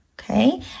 okay